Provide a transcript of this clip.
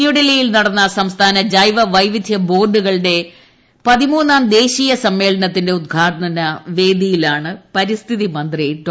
ന്യൂഡൽഹിയിൽ നടന്ന സംസ്ഥാന ജൈവ വൈവിദ്ധ്യ ബോർഡുകളുടെ പതിമൂന്നാം ദേശീയ സമ്മേളനത്തിന്റെ ഉദ്ഘാടന വേദിയിലാണ് പരിസ്ഥിതി മന്ത്രി ഡോ